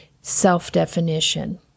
self-definition